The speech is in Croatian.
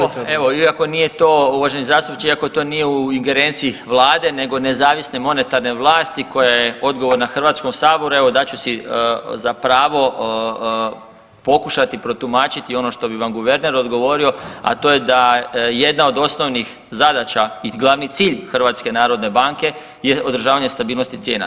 Hvala lijepo, evo iako nije to, uvaženi zastupniče iako to nije u ingerenciji vlade nego nezavisne monetarne vlasti koja je odgovorna HS evo dat ću si za pravo pokušati protumačiti ono što bi vam guverner odgovorio, a to je da jedna od osnovnih zadaća i glavni cilj HNB-a je održavanje stabilnosti cijena.